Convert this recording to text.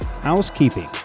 housekeeping